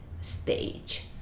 stage